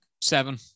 Seven